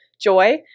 joy